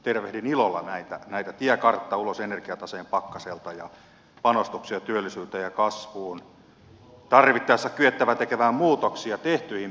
tervehdin ilolla näitä tiekartta ulos energiataseen pakkaselta ja panostuksia työllisyyteen ja kasvuun tarvittaessa kyettävä tekemään muutoksia tehtyihin päätöksiin